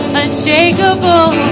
unshakable